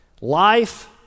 Life